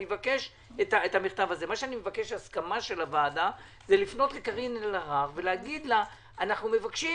אני מבקש הסכמה של הוועדה לפנות לקארין אלהרר ולהגיד לה שאנחנו מבקשים